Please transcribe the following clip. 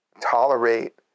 tolerate